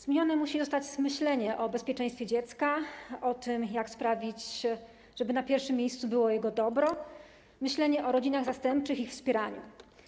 Zmienione musi zostać myślenie o bezpieczeństwie dziecka, o tym, jak sprawić, żeby na pierwszym miejscu było jego dobro, myślenie o rodzinach zastępczych i o ich wspieraniu.